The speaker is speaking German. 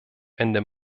ende